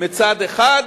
מצד אחד,